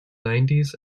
nineties